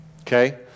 Okay